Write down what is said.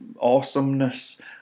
awesomeness